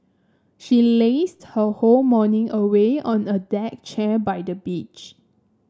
she lazed her whole morning away on a deck chair by the beach